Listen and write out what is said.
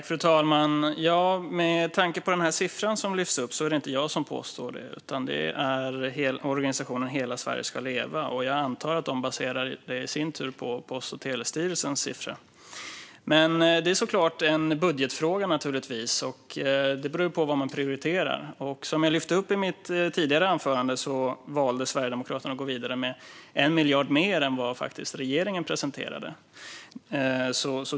Fru talman! När det gäller den siffra som lyfts upp är det inte jag som påstår detta. Det är organisationen Hela Sverige ska leva, och jag antar att de i sin tur baserar sig på Post och telestyrelsens siffra. Det är såklart en budgetfråga. Det beror på vad man prioriterar. Som jag lyfte upp i mitt tidigare anförande valde Sverigedemokraterna att gå vidare med 1 miljard mer än vad regeringen faktiskt presenterade.